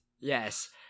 yes